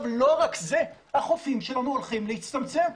לא רק זה אלא החופים שלנו הולכים להצטמצם.